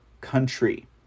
country